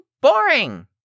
boring